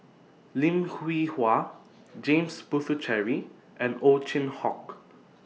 Lim Hwee Hua James Puthucheary and Ow Chin Hock